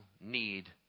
need